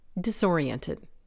Disoriented